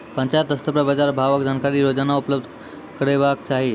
पंचायत स्तर पर बाजार भावक जानकारी रोजाना उपलब्ध करैवाक चाही?